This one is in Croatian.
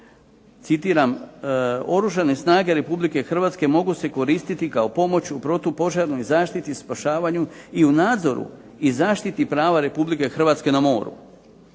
citiram: "Oružane snage Republike Hrvatske mogu se koristiti kao pomoć u protu-požarnoj zaštiti i spašavanju i u nadzoru i zaštiti prava Republike Hrvatske na moru".